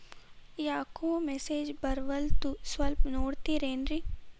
ಯಾಕೊ ಮೆಸೇಜ್ ಬರ್ವಲ್ತು ಸ್ವಲ್ಪ ನೋಡ್ತಿರೇನ್ರಿ?